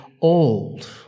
old